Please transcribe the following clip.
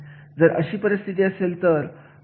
आणि त्यानुसार एखाद्याला असं कार्य हाताळणे गरजेचे असतं